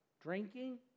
drinking